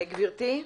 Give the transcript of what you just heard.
גברתי?